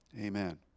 Amen